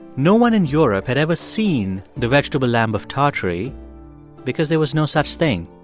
no one in europe had ever seen the vegetable lamb of tartary because there was no such thing.